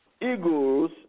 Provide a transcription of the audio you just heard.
Eagles